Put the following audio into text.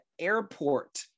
airport